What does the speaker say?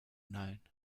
known